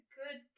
good